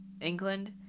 England